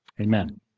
Amen